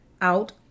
out